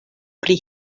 pri